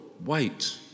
Wait